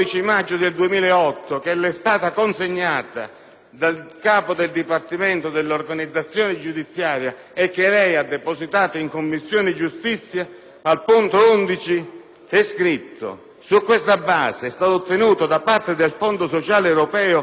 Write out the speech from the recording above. dal Capo del Dipartimento dell'organizzazione giudiziaria e che lei ha depositato in Commissione giustizia, al punto 11) è scritto: "Su questa base è stato ottenuto da parte del Fondo sociale europeo un asse di finanziamento nell'ambito della programmazione